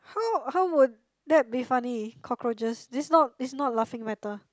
how how would that be funny cockroaches it's not it's not laughing matter